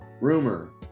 rumor